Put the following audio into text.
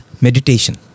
meditation